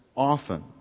Often